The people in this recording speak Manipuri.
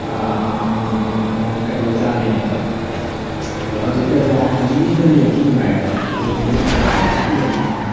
ꯀꯩꯅꯣ ꯆꯥꯗꯣꯏꯅꯦꯕ ꯑꯗꯣ ꯍꯧꯖꯤꯛꯀꯁꯦ ꯍꯧꯖꯤꯛꯀꯤꯁꯤꯅꯗꯤ ꯌꯥꯝ ꯊꯤꯅ ꯅꯨꯡꯉꯥꯏꯔꯦꯀꯣ ꯌꯦꯡꯕ ꯅꯨꯡꯉꯥꯏꯕ ꯍꯥꯏꯕꯁꯦ ꯑꯁꯨꯛꯀꯤ ꯃꯇꯤꯛ ꯅꯨꯡꯉꯥꯏꯔꯦ